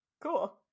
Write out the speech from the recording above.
cool